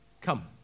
come